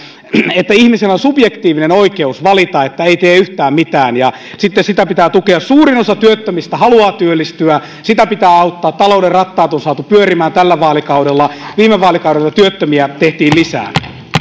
ihmisellä on subjektiivinen oikeus valita että ei tee yhtään mitään ja sitten sitä pitää tukea suurin osa työttömistä haluaa työllistyä ja sitä pitää auttaa talouden rattaat on saatu pyörimään tällä vaalikaudella viime vaalikaudella työttömiä tehtiin lisää